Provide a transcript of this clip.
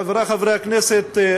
חברי חברי הכנסת,